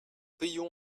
payons